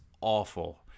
awful